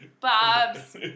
Bob's